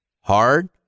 hard